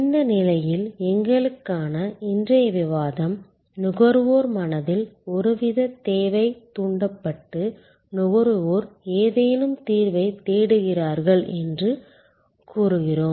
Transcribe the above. இந்த நிலையில் எங்களுக்கான இன்றைய விவாதம் நுகர்வோர் மனதில் ஒருவித தேவை தூண்டப்பட்டு நுகர்வோர் ஏதேனும் தீர்வைத் தேடுகிறார்கள் என்று கூறுகிறோம்